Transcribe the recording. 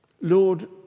Lord